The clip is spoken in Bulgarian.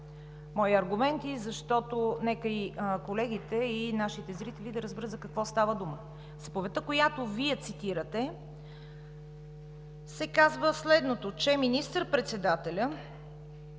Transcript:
мои аргументи. Нека и колегите, и нашите зрители да разберат за какво става дума. В заповедта, която Вие цитирате, се казва следното: министър-председателят